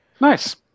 Nice